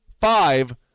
five